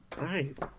Nice